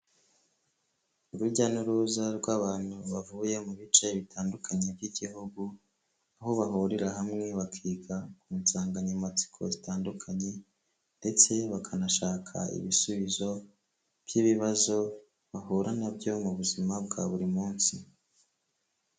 Urujya n'uruza rw'abantu bavuye mu bice bitandukanye by'igihugu aho bahurira hamwe bakiga ku nsanganyamatsiko zitandukanye ndetse bakanashaka ibisubizo by'ibibazo bahura na byo mu buzima bwa buri munsi.